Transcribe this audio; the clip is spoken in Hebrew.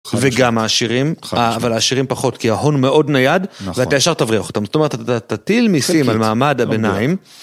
וגם העשירים, אבל העשירים פחות, כי ההון מאוד נייד, ואתה יש תבריח אותם, זאת אומרת, אתה תטיל מיסים על מעמד הביניים.